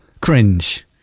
Cringe